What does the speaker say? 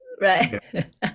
right